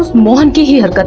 mohan but